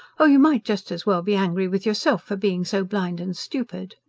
oh, you might just as well be angry with yourself for being so blind and stupid.